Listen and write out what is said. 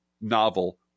novel